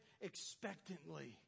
expectantly